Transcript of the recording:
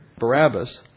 Barabbas